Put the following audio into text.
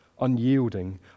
unyielding